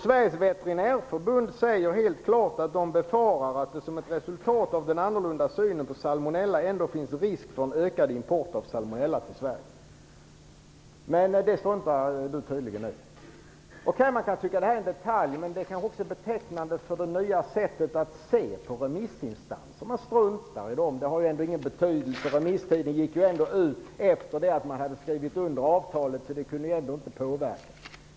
Sveriges veterinärförbund säger helt klart att man befarar att det som ett resultat av den annorlunda synen på salmonella ändå finns risk för en ökad import av salmonella till Sverige. Det struntar Karl Erik Olsson tydligen i. Man kan tycka att det är en detalj, men det är kanske också betecknande för det nya sättet att se på remissinstanser. Man struntar i dem. De har ju ändå ingen betydelse. Remisstiden gick ju ändå ut efter det att man hade skrivit under avtalet, så de kunde ju ändå inte påverka.